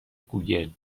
گوگل